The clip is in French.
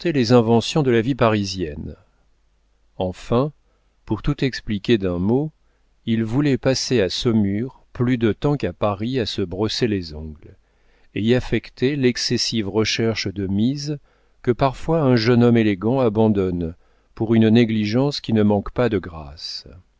les inventions de la vie parisienne enfin pour tout expliquer d'un mot il voulait passer à saumur plus de temps qu'à paris à se brosser les ongles et y affecter l'excessive recherche de mise que parfois un jeune homme élégant abandonne pour une négligence qui ne manque pas de grâce